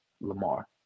Lamar